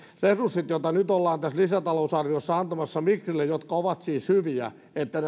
resurssit joita nyt ollaan tässä lisätalousarviossa antamassa migrille jotka ovat siis hyviä